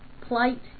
plight